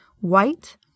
white